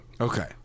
Okay